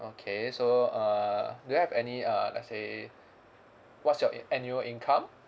okay so uh do you have any uh let's say what's your a~ annual income